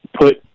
put